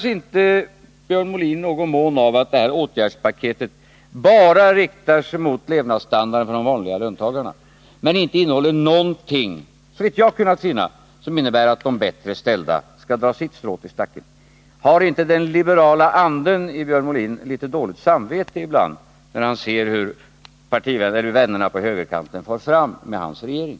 Plågasinte Björn Molin i någon mån av att åtgärdspaketet bara riktar sig mot levnadsstandarden för de vanliga löntagarna och inte — såvitt jag har kunnat finna —innehåller någonting som innebär att de bättre ställda skall dra sitt strå till stacken? Har inte den liberale anden i Björn Molin litet dåligt samvete ibland, när han ser hur vännerna på högerkanten far fram med hans regering?